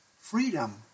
freedom